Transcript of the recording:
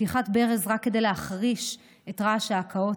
פתיחת ברז רק כדי להחריש את רעש ההקאות,